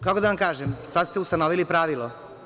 Kako da vam kažem, sad ste ustanovili pravilo.